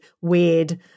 weird